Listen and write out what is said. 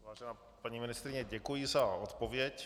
Vážená paní ministryně, děkuji za odpověď.